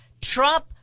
Trump